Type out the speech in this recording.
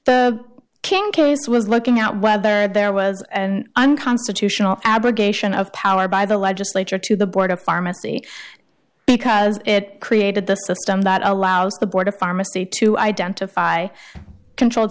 king case was looking out whether there was an unconstitutional abrogation of power by the legislature to the board of pharmacy because it created the system that allows the board of pharmacy to identify controlled